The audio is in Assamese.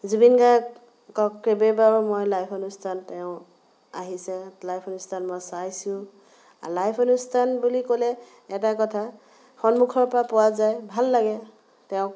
জুবিন গাৰ্গৰ কেইবাবাৰো মই লাইভ অনুষ্ঠান তেওঁ আহিছে লাইভ অনুষ্ঠান মই চাইছোঁ লাইভ অনুষ্ঠান বুলি ক'লে এটা কথা সন্মুখৰ পৰা পোৱা যায় ভাল লাগে তেওঁক